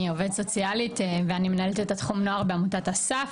אני עובדת סוציאליים ואני מנהלת את התחום נוער בעמותת אס"ף,